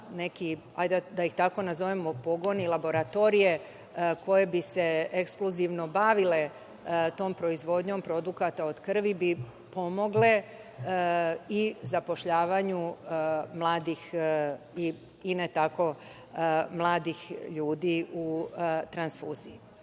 da ih tako nazovemo, pogoni, laboratorije, koje bi se ekskluzivno bavile tom proizvodnjom produkata od krvi, bi pomogle i zapošljavanju mladih, i ne tako mladih, ljudi u transfuziji. Dalje